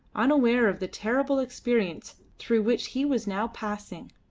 unaware of the terrible experience through which he was now passing.